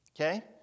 Okay